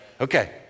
Okay